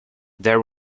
there